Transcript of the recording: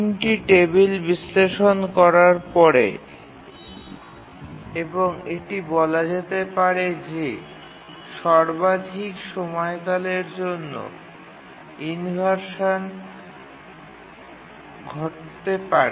৩ টি টেবিল বিশ্লেষণ করার পরে এবং এটি বলা যেতে পারে যে সর্বাধিক সময়কালের জন্য ইনভারশান ঘটতে পারে